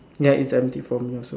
ya its empty for me also